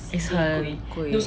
is 很贵